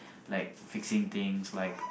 like fixing things like